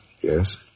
Yes